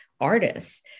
artists